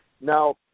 Now